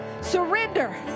Surrender